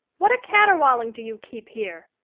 what a caterwauling do you keep here!